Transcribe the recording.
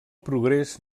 progrés